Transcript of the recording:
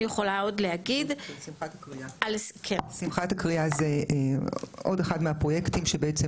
שמחת הקריאה זה עוד אחד מהפרויקטים שבעצם